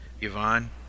Yvonne